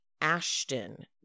Ashton